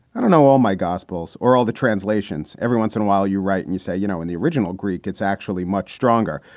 i don't know. all my gospels or all the translations. every once in a while you write and you said, you know, when the original greek, it's actually much stronger.